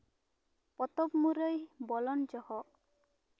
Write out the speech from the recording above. ᱯᱚᱛᱚᱵᱽ ᱢᱩᱨᱟᱹᱭ ᱵᱚᱞᱚᱱ ᱡᱚᱦᱚᱜ